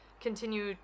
continue